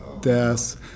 deaths